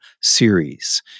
series